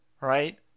Right